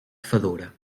fedora